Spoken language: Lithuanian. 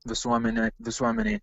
visuomenė visuomenėj